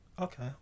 Okay